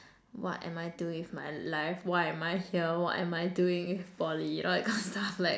what am I doing with my life why am I here what am I doing in Poly you know that kind of stuff like